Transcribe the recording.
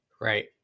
Right